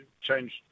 changed